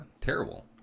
terrible